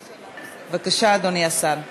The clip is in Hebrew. בבקשה, אדוני השר.